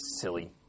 silly